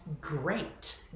great